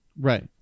Right